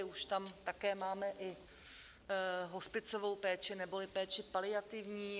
Už tam také máme i hospicovou péči neboli péči paliativní.